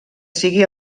sigui